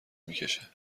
میکشه